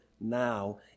now